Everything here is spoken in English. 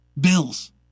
Bills